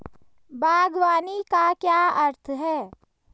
बागवानी का क्या अर्थ है?